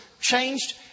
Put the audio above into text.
changed